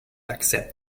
accept